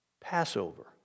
Passover